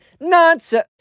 nonsense